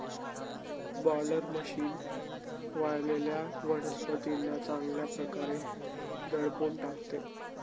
baler machine वाळलेल्या वनस्पतींना चांगल्या प्रकारे दडपून टाकते